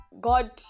God